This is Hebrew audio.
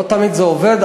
לא תמיד זה עובד.